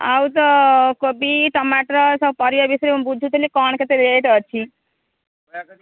ଆଉ ତ କୋବି ଟମାଟର ସବୁ ପରିବା ବିଷୟରେ ମୁଁ ବୁଝୁଥିଲି କ'ଣ କେତେ ରେଟ୍ ଅଛି